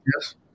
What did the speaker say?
Yes